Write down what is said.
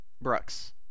Brooks